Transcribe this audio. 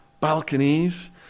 balconies